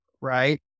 right